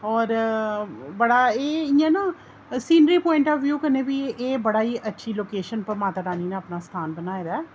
होर बड़ा एह् इं'या ना सीनरी प्वाइंट ऑफ व्यू कन्नै बी एह् बड़ी अच्छी लोकेशन पर माता रानी नै अपना स्थान बनाए दा ऐ